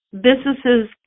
businesses